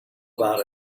about